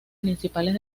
principales